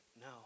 No